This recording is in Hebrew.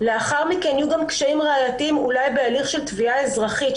לאחר מכן יהיו גם קשיים ראייתיים אולי בהליך של תביעה אזרחית,